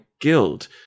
guild